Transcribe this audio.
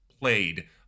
played